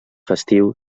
festiu